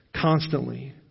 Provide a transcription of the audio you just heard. constantly